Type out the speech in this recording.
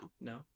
no